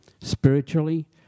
spiritually